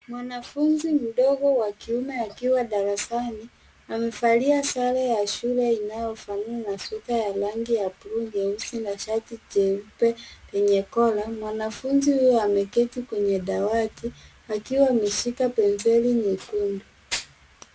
Mwanafunzi mdogo wa kiume akiwa darasani, amevalia sare ya shule inayovaliwa na sweta ya rangi ya buluu nyeusi na shati jeupe lenye collar . Mwanafunzi huyu ameketi kwenye dawati akiwa ameshika penseli nyekundu.